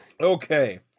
Okay